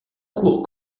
court